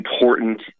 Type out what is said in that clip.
Important